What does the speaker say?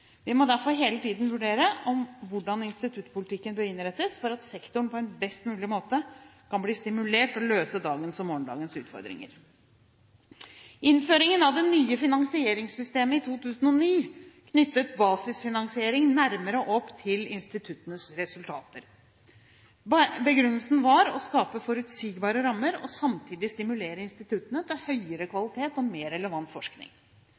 Vi må derfor hele tiden vurdere hvordan instituttpolitikken bør innrettes for at sektoren på en best mulig måte kan bli stimulert og løse dagens og morgendagens utfordringer. Innføringen av det nye finansieringssystemet i 2009 knyttet basisfinansiering nærmere opp til instituttenes resultater. Begrunnelsen var å skape forutsigbare rammer og samtidig stimulere instituttene til høyere kvalitet og mer relevant forskning.